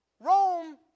Rome